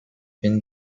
been